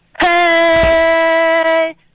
Hey